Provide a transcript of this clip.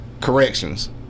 corrections